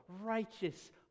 righteous